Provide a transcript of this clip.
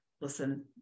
listen